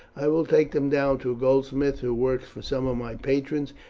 i will take them down to a goldsmith who works for some of my patrons,